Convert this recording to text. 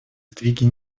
сдвиги